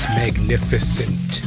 magnificent